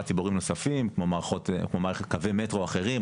ציבוריים נוספים כמו מערכת קווי מטרו אחרים,